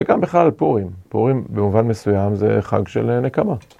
וגם בכלל פורים. פורים במובן מסוים זה חג של נקמה.